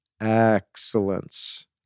excellence